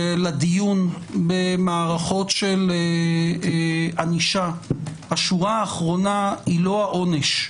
הדיון במערכות של ענישה היא לא העונש,